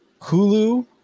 Hulu